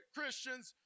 Christians